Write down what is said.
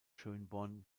schönborn